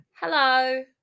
Hello